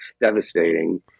devastating